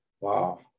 Wow